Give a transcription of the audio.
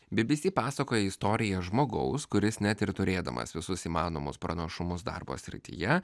bi bi si pasakoja istoriją žmogaus kuris net ir turėdamas visus įmanomus pranašumus darbo srityje